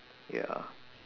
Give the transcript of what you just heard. ya